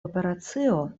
operacio